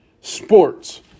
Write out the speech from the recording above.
sports